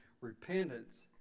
repentance